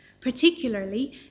particularly